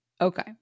Okay